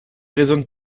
raisonne